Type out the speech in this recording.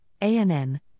ANN